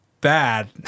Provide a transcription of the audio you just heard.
bad